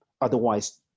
Otherwise